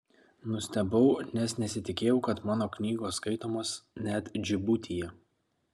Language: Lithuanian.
nustebau nes nesitikėjau kad mano knygos skaitomos net džibutyje